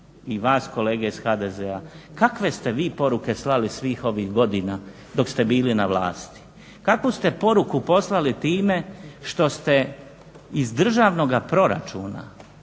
i vas kolege iz HDZ-a kakve ste vi poruke slali svih ovih godina dok ste bili na vlasti? Kakvu ste poruku poslali time što ste iz državnoga proračuna,